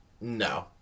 No